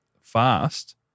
fast